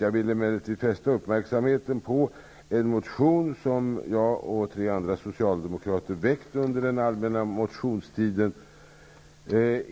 Jag vill emellertid fästa uppmärksamheten på en motion som jag och tre andra socialdemokrater väckt under den allmänna motionstiden.